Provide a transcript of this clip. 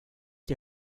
die